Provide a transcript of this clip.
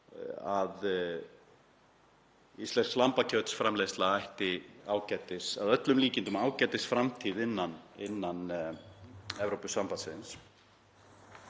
að íslensk lambakjötsframleiðsla ætti að öllum líkindum ágætisframtíð innan Evrópusambandsins.